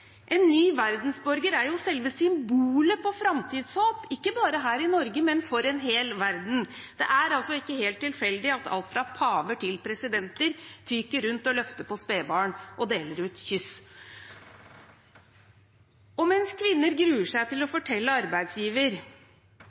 En ny verdensborger er selve symbolet på framtidshåp, ikke bare her i Norge, men for en hel verden. Det er ikke helt tilfeldig at alt fra paver til presidenter fyker rundt og løfter på spedbarn og deler ut kyss. Mens kvinner gruer seg til å fortelle arbeidsgiver